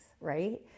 right